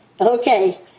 Okay